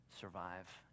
survive